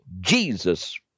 Jesus